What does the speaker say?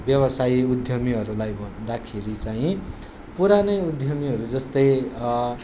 व्यवसाय उद्यमीहरूलाई भन्दाखेरि चाहिँ पुरानै उद्यमीहरू जस्तै